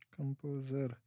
Composer